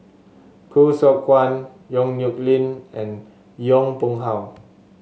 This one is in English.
Khoo Seok Wan Yong Nyuk Lin and Yong Pung How